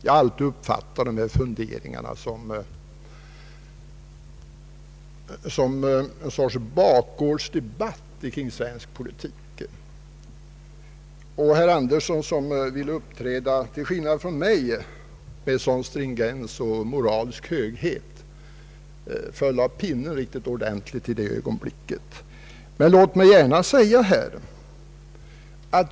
Jag har alltid uppfattat sådana funderingar som någon sorts bakgårdsdebatt i svensk politik. Herr Andersson, som ju till skillnad från mig vill uppträda med sådan stringens och moralisk höghet, föll av pinnen riktigt ordentligt i det ögonblicket.